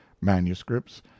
manuscripts